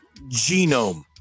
genome